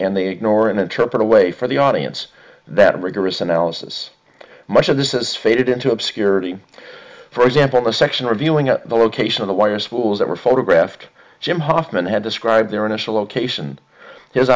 and the ignore and interpret away for the audience that rigorous analysis much of this is faded into obscurity for example a section reviewing at the location of the wires fools that were photographed jim hofmann had described their initial location his